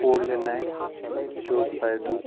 old nine چوک five two